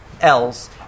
else